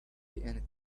anything